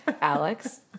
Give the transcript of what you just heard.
Alex